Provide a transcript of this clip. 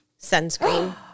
sunscreen